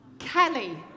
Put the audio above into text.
Kelly